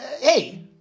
hey